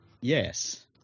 Yes